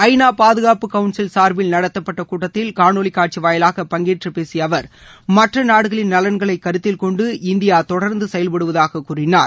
ஐநா பாதுகாப்பு கவுன்சில் சார்பில் நடத்தப்பட்ட கூட்டத்தில் காணொலி வாயிலாக பங்கேற்று பேசிய அவர் மற்ற நாடுகளின் நலன்களை கருத்தில் கொண்டு இந்தியா தொடர்ந்து செயல்படுவதாக கூறினார்